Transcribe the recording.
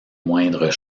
moindres